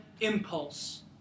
impulse